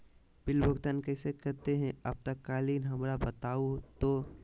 Bill भुगतान कैसे करते हैं आपातकालीन हमरा बताओ तो?